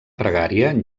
pregària